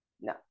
No